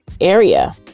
area